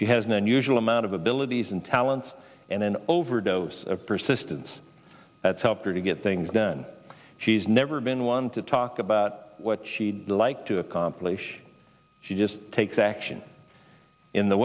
she has an unusual amount of abilities and talents and an overdose of persistence that's helped her to get things done she's never been one to talk about what she'd like to accomplish she just takes action in the